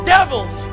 Devils